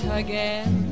Again